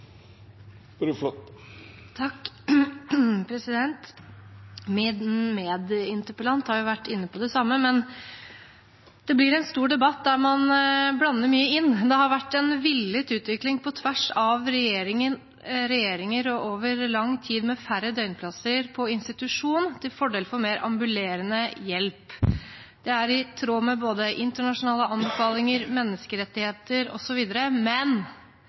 har vært inne på det samme – det blir en stor debatt der man blander mye inn. Det har vært en villet utvikling, på tvers av regjeringer og over lang tid, med færre døgnplasser på institusjon, til fordel for mer ambulerende hjelp. Det er i tråd med både internasjonale anbefalinger, menneskerettigheter, osv. Men